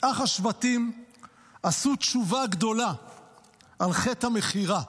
אמת: "אך השבטים עשו תשובה גדולה על חטא המכירה,